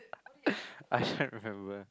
I shan't remember